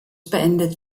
beendet